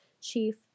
Chief